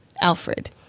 Alfred